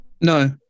No